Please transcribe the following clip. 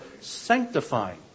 sanctifying